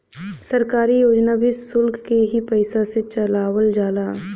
सरकारी योजना भी सुल्क के ही पइसा से चलावल जाला